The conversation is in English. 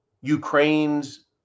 Ukraine's